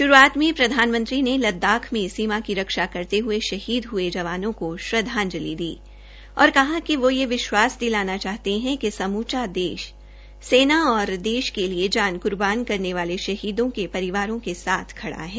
शुरूआत में प्रधानमंत्री ने लददाख में सीमा की रक्षा करते हए शहीद हए जवानों को श्रद्धांजलि अर्पित की और कहा कि वो यह विश्वास दिलाना चाहते हैं कि समूचा देश सेना और देश के लिए जान कुर्बान करने वाले शहीदों के परिवारों के साथ खड़ा है